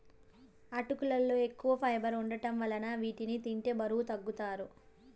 అటుకులలో ఎక్కువ ఫైబర్ వుండటం వలన వీటిని తింటే బరువు తగ్గుతారు